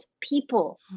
people